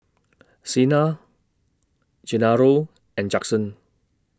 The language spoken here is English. Chyna Genaro and Judson